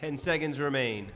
ten seconds remain